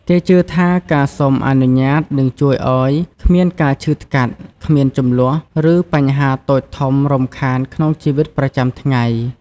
គេជឿថា ការសុំអនុញ្ញាតនឹងជួយឲ្យគ្មានការឈឺថ្កាត់ គ្មានជម្លោះ ឬបញ្ហាតូចធំរំខានក្នុងជីវិតប្រចាំថ្ងៃ។